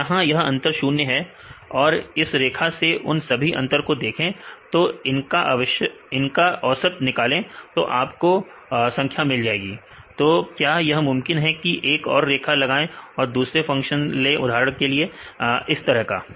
तो यहां यहां अंतर 0 है आप इस रेखा से उन सभी अंतर को देखें और इनका आवश्यक निकाले तो आपको संख्या मिल जाएगी तो क्या यह मुमकिन है कि एक और रेखा लगाएं या दूसरे फंक्शन ले उदाहरण के लिए इस तरह का